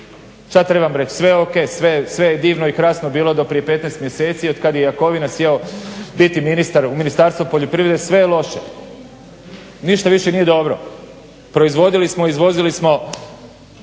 Što trebam reći? Sve je ok, sve je divno i krasno bilo do prije 15 mjeseci, a otkad je Jakovina sjeo biti ministar u Ministarstvu poljoprivrede sve je loše, ništa više nije dobro. Proizvodili smo i izvozili smo